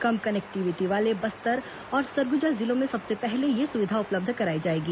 कम connectivity वाले बस्तर और सरगुजा जिलों में सबसे पहले उपलब्ध कराई जाएगी